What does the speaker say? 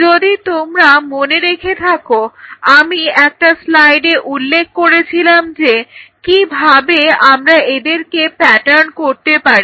যদি তোমরা মনে রেখে থাকো আমি একটা স্লাইডে উল্লেখ করেছিলাম যে কিভাবে আমরা এদেরকে প্যাটার্ন করতে পারি